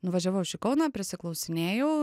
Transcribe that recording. nuvažiavau aš į kauną prisiklausinėjau